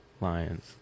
Lions